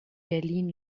berlin